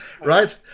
right